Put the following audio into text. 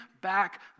back